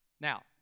Now